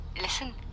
Listen